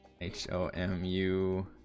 H-O-M-U